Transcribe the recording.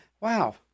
Wow